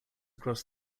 across